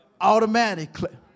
automatically